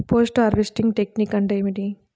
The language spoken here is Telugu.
పోస్ట్ హార్వెస్టింగ్ టెక్నిక్ అంటే ఏమిటీ?